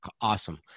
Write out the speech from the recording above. awesome